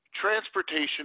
transportation